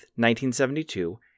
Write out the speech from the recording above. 1972